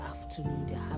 afternoon